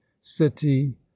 city